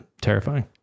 terrifying